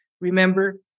remember